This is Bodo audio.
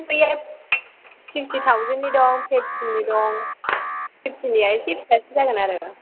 फुलकुरिया सिक्सटिन थावजेननि दं फिफ्थिननि दं फिफ्थिननिया एसे फिसासिन जागोन आरो